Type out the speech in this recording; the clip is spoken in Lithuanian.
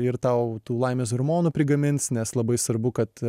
ir tau tų laimės hormonų prigamins nes labai svarbu kad